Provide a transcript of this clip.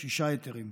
שישה היתרים,